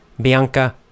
Bianca